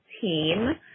team